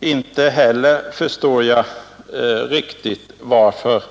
Inte heller förstår jag riktigt varför